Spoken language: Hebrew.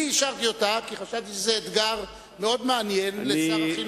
אני אישרתי אותה כי חשבתי שזה אתגר מאוד מעניין לשר החינוך.